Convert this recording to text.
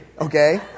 okay